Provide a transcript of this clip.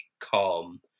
calm